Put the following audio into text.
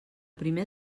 primer